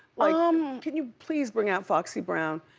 like um can you please bring out foxy brown?